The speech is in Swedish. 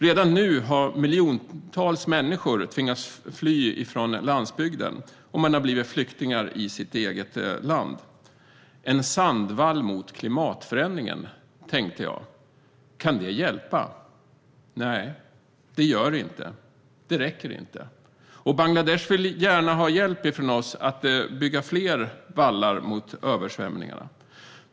Redan nu har miljontals människor tvingats fly från landsbygden och blivit flyktingar i sitt eget land. Jag tänkte: En sandvall mot klimatförändringen - kan det hjälpa? Nej, det gör det inte; det räcker inte. Bangladesh vill gärna ha hjälp från oss att bygga fler vallar mot översvämningarna.